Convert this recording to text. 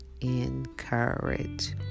Encourage